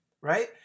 Right